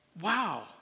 Wow